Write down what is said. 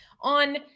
On